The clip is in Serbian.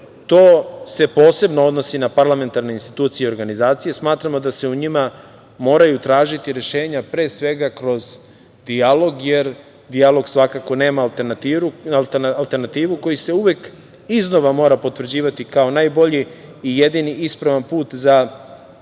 se posebno odnosi na parlamentarne institucije i organizacije. Smatramo da se u njima moraju tražiti rešenja, pre svega kroz dijalog, jer dijalog svakako nema alternativu, koji se uvek iznova mora potvrđivati kao najbolji i jedini ispravan put za